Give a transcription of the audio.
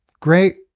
Great